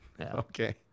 Okay